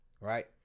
right